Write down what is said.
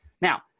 Now